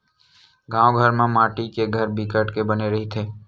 गाँव घर मन म माटी के घर बिकट के बने रहिथे